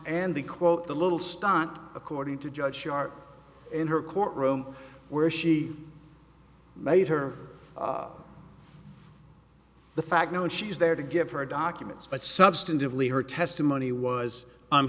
and the quote the little stunt according to judge shar in her courtroom where she made her the fact now is she is there to give her documents but substantively her testimony was i'm